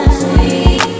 sweet